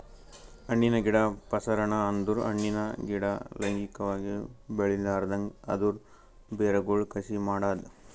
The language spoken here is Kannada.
ಹಣ್ಣಿನ ಗಿಡ ಪ್ರಸರಣ ಅಂದುರ್ ಹಣ್ಣಿನ ಗಿಡ ಲೈಂಗಿಕವಾಗಿ ಬೆಳಿಲಾರ್ದಂಗ್ ಅದರ್ ಬೇರಗೊಳ್ ಕಸಿ ಮಾಡದ್